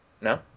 No